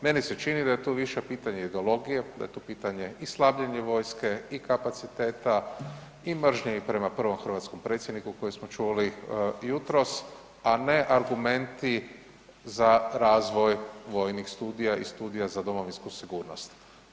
Meni se čini da je tu više pitanje ideologije, da je tu pitanje i slabljenje vojske i kapaciteta i mržnje i prema prvom hrvatskom predsjedniku koje smo čuli jutros, a ne argumenti za razvoj vojnih studija i studija za domovinsku sigurnost.